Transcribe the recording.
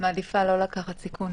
מעדיפה לא לקחת סיכון.